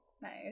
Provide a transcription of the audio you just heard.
Nice